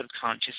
subconscious